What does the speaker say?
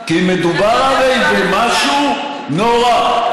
כי מדובר הרי במשהו נורא.